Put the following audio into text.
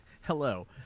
Hello